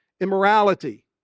immorality